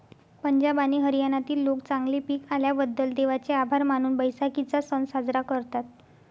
पंजाब आणि हरियाणातील लोक चांगले पीक आल्याबद्दल देवाचे आभार मानून बैसाखीचा सण साजरा करतात